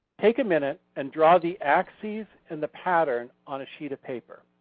take a minute and draw the axis and the pattern on a sheet of paper.